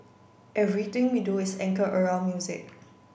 everything we do is anchor around music